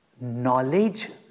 knowledge